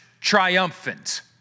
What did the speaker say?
triumphant